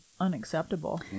unacceptable